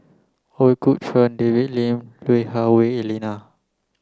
Ooi Kok Chuen David Lim Lui Hah Wah Elena